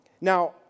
Now